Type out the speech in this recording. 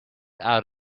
out